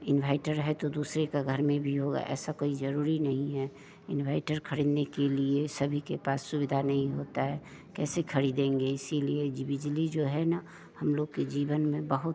inverter है तो दूसरे का घर में भी होगा ऐसा कोई जरूरी नहीं हैं इनभाईटर खरीदने के लिए सभी के पास सुविधा नहीं होता है कैसे खरीदेंगे इसलिए जी बिजली जो है न हम लोग के जीवन में बहुत